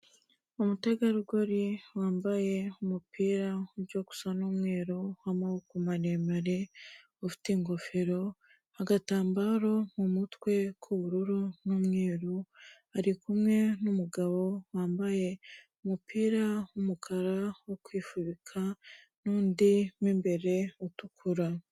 Umutegarugori wambaye umupira ujya gusa n'umweru w'amaboko maremare, ufite ingofero, agatambaro mu mutwe k'ubururu n'umweru, ari kumwe n'umugabo wambaye umupira w'umukara wo kwifubika n'undi w'imbere utukura.